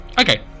okay